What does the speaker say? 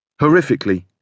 Horrifically